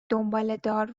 دنبالهدار